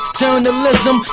journalism